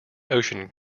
ocean